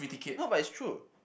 no but it's true